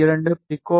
2 B